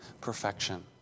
perfection